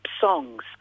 songs